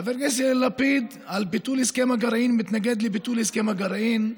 חבר הכנסת יאיר לפיד על ביטול הסכם הגרעין: מתנגד לביטול הסכם הגרעין.